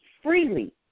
freely